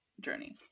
journey